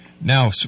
Now